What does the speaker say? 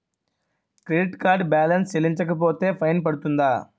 Credit card balance చెల్లించకపోతే fine పడ్తుంద?